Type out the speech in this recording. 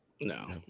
No